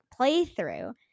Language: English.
playthrough